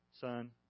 Son